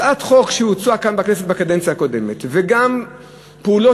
הצעת חוק שהוצעה כאן בכנסת בקדנציה הקודמת וגם פעולות